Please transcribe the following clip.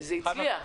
וזה הצליח.